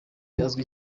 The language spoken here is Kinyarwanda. azwi